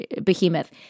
behemoth